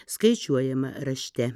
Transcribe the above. skaičiuojama rašte